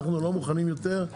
אנחנו לא מוכנים יותר,